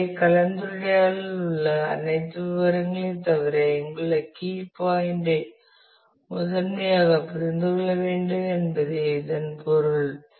எனவே கலந்துரையாடலில் உள்ள அனைத்து விவரங்களையும் தவிர இங்குள்ள கீ பாய்ன்ட் ஐ முதன்மையாக புரிந்து கொள்ள வேண்டும் என்பதே இதன் பொருள்